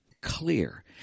clear